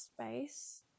space